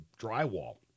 drywall